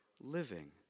living